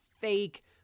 fake